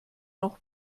noch